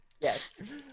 Yes